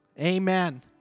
amen